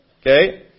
Okay